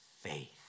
faith